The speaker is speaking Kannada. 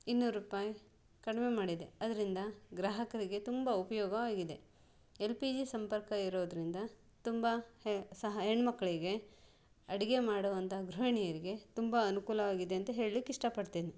ಇನ್ನೂರು ರೂಪಾಯಿ ಕಡಿಮೆ ಮಾಡಿದೆ ಅದರಿಂದ ಗ್ರಾಹಕರಿಗೆ ತುಂಬ ಉಪಯೋಗವಾಗಿದೆ ಎಲ್ ಪಿ ಜಿ ಸಂಪರ್ಕ ಇರೋದರಿಂದ ತುಂಬ ಹೆ ಸಹ ಹೆಣ್ ಮಕ್ಕಳಿಗೆ ಅಡುಗೆ ಮಾಡುವಂಥ ಗೃಹಿಣಿಯರಿಗೆ ತುಂಬ ಅನುಕೂಲವಾಗಿದೆ ಅಂತ ಹೇಳ್ಲಿಕ್ಕೆ ಇಷ್ಟ ಪಡ್ತೇನೆ